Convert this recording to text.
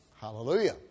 hallelujah